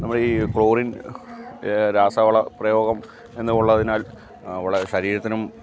നമ്മൾ ഈ ക്ലോറിൻ രാസവള പ്രയോഗം എന്നുള്ളതിനാൽ വളരെ ശരീരത്തിനും